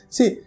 See